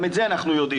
גם את זה אנחנו יודעים.